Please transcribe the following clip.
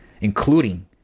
including